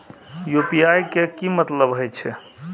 UPI के की मतलब हे छे?